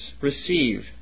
receive